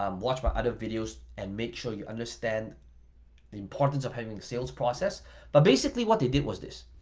um watch my other videos and make sure you understand the importance of having sales process but basically what they did was this.